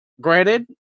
Granted